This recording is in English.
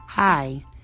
Hi